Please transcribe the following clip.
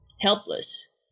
helpless